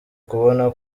kubona